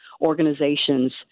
organizations